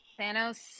Thanos